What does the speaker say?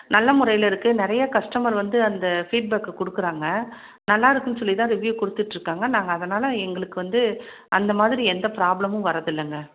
நல்ல முறையில் இருக்கு நிறையா கஸ்டமர் வந்து அந்த ஃபீட்பேக்கை கொடுக்குறாங்க நல்லா இருக்குன்னு சொல்லி தான் ரிவ்யூ கொடுத்துட்டு இருக்காங்க நாங்கள் அதனால் எங்களுக்கு வந்து அந்த மாதிரி எந்த ப்ராப்ளமும் வர்றதில்லைங்க